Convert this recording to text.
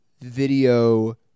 video